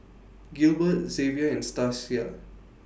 Gilbert Zavier and Stasia